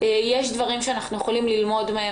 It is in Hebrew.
יש דברים שאנחנו יכולים ללמוד מהם